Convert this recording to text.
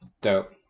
Dope